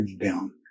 down